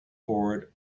board